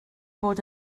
bod